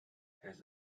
has